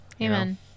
Amen